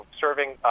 serving